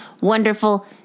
wonderful